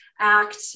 Act